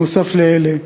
בנוסף לאלה,